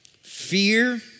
fear